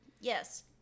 Yes